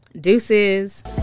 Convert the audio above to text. Deuces